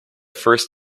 first